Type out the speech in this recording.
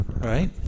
right